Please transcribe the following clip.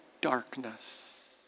darkness